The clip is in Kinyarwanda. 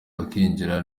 bakinjira